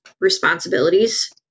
responsibilities